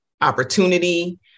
opportunity